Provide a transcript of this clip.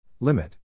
Limit